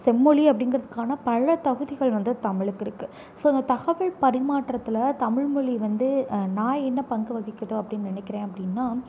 செம்மொழி அப்படிங்கிறத்கான பழ தகுதிகள் வந்து தமிழுக்கு இருக்கு ஸோ இந்த தகவல் பரிமாற்றத்தில் தமிழ்மொழி வந்து நான் என்ன பங்கு வகிக்கிது அப்படின் நினைக்கிறேன் அப்படின்னா